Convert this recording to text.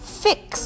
fix